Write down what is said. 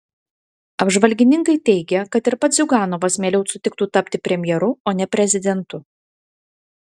apžvalgininkai teigia kad ir pats ziuganovas mieliau sutiktų tapti premjeru o ne prezidentu